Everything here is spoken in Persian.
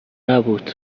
نبود